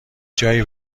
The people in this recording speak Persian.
جایی